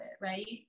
Right